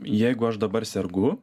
jeigu aš dabar sergu